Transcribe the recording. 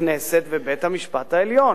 הכנסת ובית-המשפט העליון.